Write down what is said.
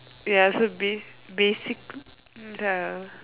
ya so bas~ basically ya